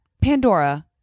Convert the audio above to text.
Pandora